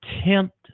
attempt